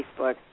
Facebook